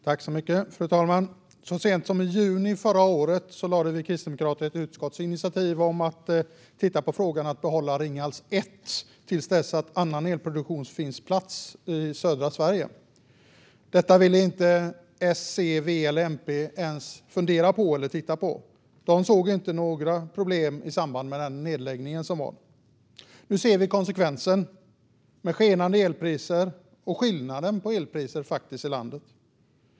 Fru talman! Så sent som i juni förra året lade Kristdemokraterna fram ett utskottsinitiativ om att titta på möjligheten att behålla Ringhals 1 till dess att annan elproduktion finns på plats i södra Sverige. Detta ville S, C, V eller MP inte ens fundera på och såg inga problem i samband med nedläggningen. Men nu ser vi konsekvenserna i skenande elpriser och skillnader i elpris i landet.